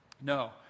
No